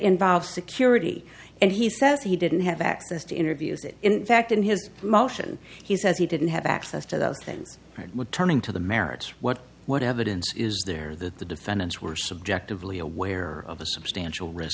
involves security and he said he didn't have access to interviews it in fact in his motion he says he didn't have access to those things turning to the merits what what evidence is there that the defendants were subjectively aware of a substantial risk